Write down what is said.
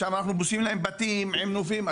שם בונים להם בתים עם נופים.